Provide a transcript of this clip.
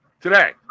Today